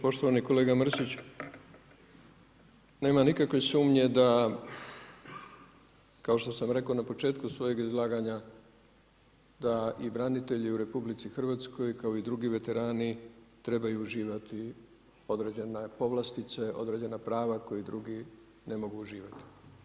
Poštovani kolega Mrsić, nema nikakve sumnje da kao što sam rekao na početku svojega izlaganja da u branitelji u RH kao i drugi veterani trebaju uživati određene povlastice, određena prava koje drugi ne mogu uživati.